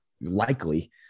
likely